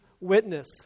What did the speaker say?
witness